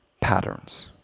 patterns